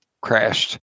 crashed